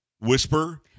whisper